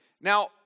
Now